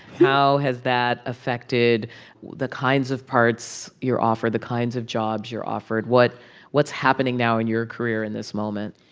how has that affected the kinds of parts you're offered, the kinds of jobs you're offered? what's happening now in your career in this moment?